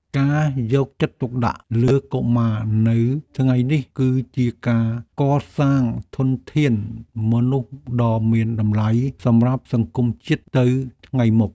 ការយកចិត្តទុកដាក់លើកុមារនៅថ្ងៃនេះ គឺជាការកសាងធនធានមនុស្សដ៏មានតម្លៃសម្រាប់សង្គមជាតិទៅថ្ងៃមុខ។